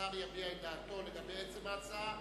השר יביע את דעתו לגבי עצם ההצעה